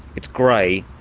it's grey,